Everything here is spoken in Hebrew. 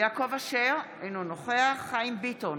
יעקב אשר, אינו נוכח חיים ביטון,